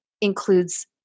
includes